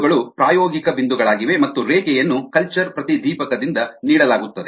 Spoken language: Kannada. ಬಿಂದುಗಳು ಪ್ರಾಯೋಗಿಕ ಬಿಂದುಗಳಾಗಿವೆ ಮತ್ತು ರೇಖೆಯನ್ನು ಕಲ್ಚರ್ ಪ್ರತಿದೀಪಕದಿಂದ ನೀಡಲಾಗುತ್ತದೆ